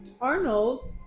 Arnold